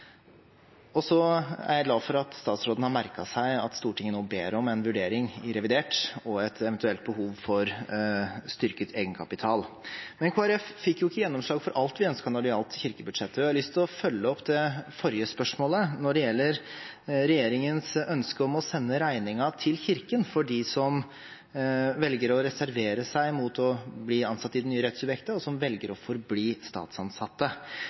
Så er jeg glad for at statsråden har merket seg at Stortinget nå ber om en vurdering i revidert av et eventuelt behov for styrket egenkapital. Men Kristelig Folkeparti fikk ikke gjennomslag for alt vi ønsket når det gjelder kirkebudsjettet, og jeg har lyst til å følge opp det forrige spørsmålet om regjeringens ønske om å sende regningen til Kirken for dem som reserverer seg mot å bli ansatt i det nye rettssubjektet og velger å forbli statsansatte.